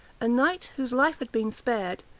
a knight, whose life had been spared,